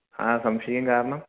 ഹാ സംശയിക്കാന് കാരണം